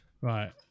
Right